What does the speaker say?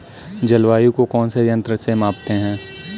जलवायु को कौन से यंत्र से मापते हैं?